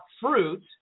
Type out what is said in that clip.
fruit